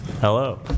Hello